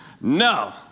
No